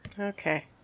Okay